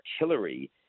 artillery